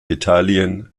italien